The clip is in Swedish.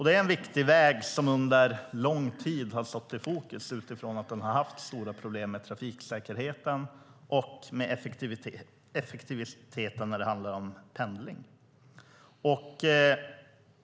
Det är en viktig väg som under lång tid har stått i fokus utifrån att det har varit stora problem med trafiksäkerheten och med effektiviteten när det gäller pendling.